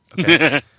Okay